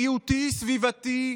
בריאותי, סביבתי,